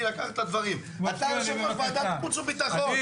אתה יושב-ראש ועדת החוץ והביטחון,